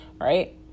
right